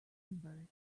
bird